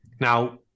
Now